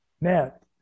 met